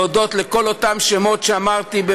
להודות לכל אותם שמות שאמרתי,